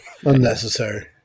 Unnecessary